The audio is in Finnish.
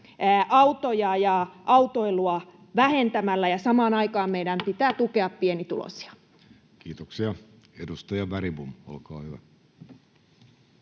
autoja ja autoilua vähentämällä, ja samaan aikaan meidän pitää tukea pienituloisia. Kiitoksia. — Edustaja Bergbom, olkaa hyvä.